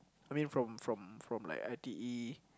I mean from from from like I_T_E